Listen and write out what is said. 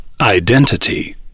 Identity